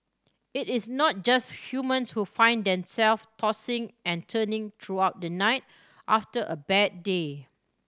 it is not just humans who find themself tossing and turning throughout the night after a bad day